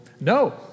No